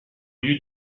lieu